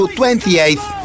28th